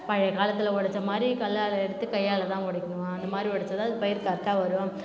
பழைய காலத்தில் உழைச்ச மாதிரி கல்லால் எடுத்து கையால் தான் உடைக்கணும் இந்த மாதிரி உடைச்சா தான் அது பயிர் கரெக்ட்டாக வரும்